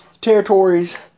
territories